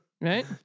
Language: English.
Right